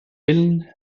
willen